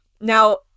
Now